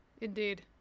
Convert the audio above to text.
Indeed